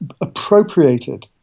appropriated